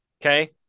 okay